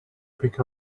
pick